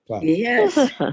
Yes